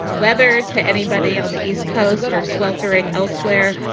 weather to anybody on the east coast or sweltering elsewhere,